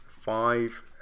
five